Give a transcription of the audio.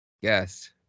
Yes